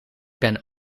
ben